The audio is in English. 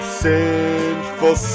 sinful